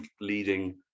leading